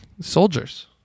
Soldiers